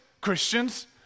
Christians